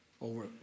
over